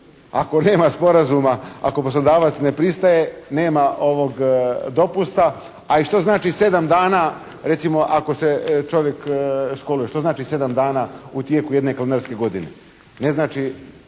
Ako nema sporazuma, ako poslodavac ne pristaje, nema dopusta, a i što znači 7 dana recimo ako se čovjek školuje? Što znači 7 dana u tijeku jedne kalendarske godine? Ne znači